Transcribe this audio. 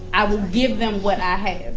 i will give them what i have.